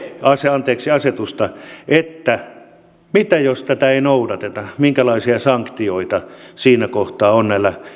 anteeksi asetusta että mitä jos tätä ei noudateta minkälaisia sanktioita siinä kohtaa on näillä